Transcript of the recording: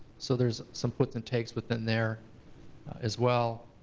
so there's some puts and takes within there as well.